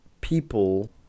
people